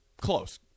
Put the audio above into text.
close